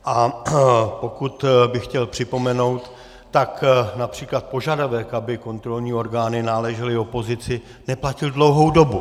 A pokud bych chtěl připomenout, tak např. požadavek, aby kontrolní orgány náležely opozici, ten platil dlouhou dobu.